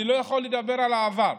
אני לא יכול לדבר על העבר,